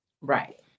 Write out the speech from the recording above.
Right